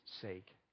sake